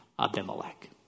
Abimelech